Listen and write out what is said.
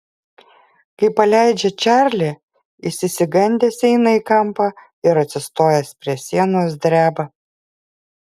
kai paleidžia čarlį jis išsigandęs eina į kampą ir atsistojęs prie sienos dreba